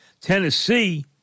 Tennessee